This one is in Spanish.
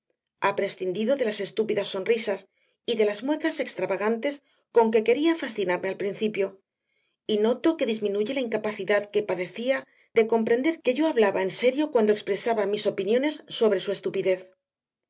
ha prescindido de las estúpidas sonrisas y de las muecas extravagantes con que quería fascinarme al principio y noto que disminuye la incapacidad que padecía de comprender que yo hablaba en serio cuando expresaba mis opiniones sobre su estupidez